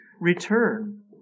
return